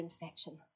infection